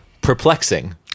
perplexing